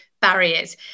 barriers